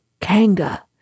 Kanga